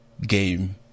game